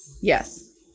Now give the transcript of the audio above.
Yes